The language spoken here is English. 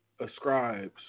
ascribes